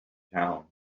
town